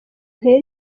ntera